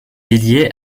dédié